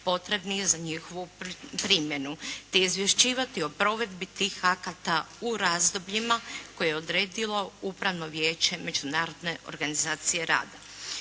potrebnih za njihovu primjenu, te izvješćivati o provedbi tih akata u razdobljima koje je odredilo Upravno vijeće Međunarodne organizacije rada.